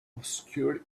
obscured